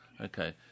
Okay